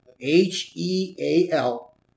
H-E-A-L